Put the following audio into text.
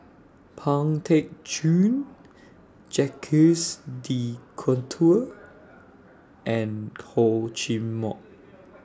Pang Teck Joon Jacques De Coutre and Hor Chim Or